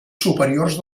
superiors